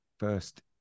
First